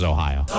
Ohio